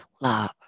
love